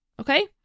okay